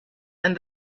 and